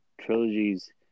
trilogies